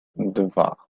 dwa